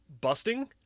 busting